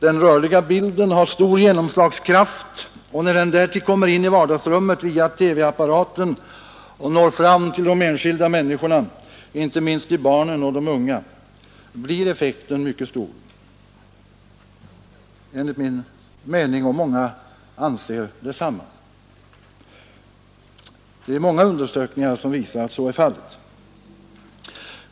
Den rörliga bilden har stor genomslagskraft, och när den därtill kommer in i vardagsrummet via TV-apparaten och når fram till de enskilda människorna, inte minst till barnen och de unga, blir effekten enligt min och många andras mening mycket stor. Många undersökningar visar att så är fallet.